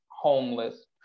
homeless